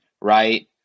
Right